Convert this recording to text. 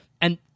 And-